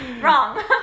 Wrong